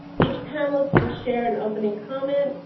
each panelist will share an opening comment,